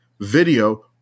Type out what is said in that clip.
video